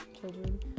Children